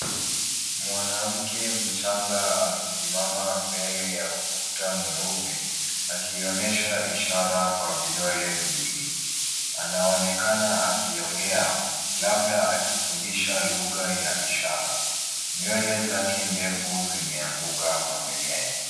Mwanamke mchanga amesimama mbele ya ukuta mweupe akionyesha ishara kwa vidole viwili. Anaonekana akiongea labda akifundisha lugha ya ishara. Nywele zake ndefu zimeanguka mabegani.